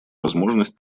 возможность